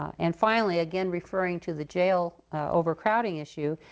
and finally, again, referring to the jail overcrowding issue,